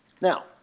Now